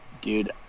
Dude